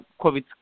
COVID